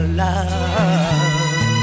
love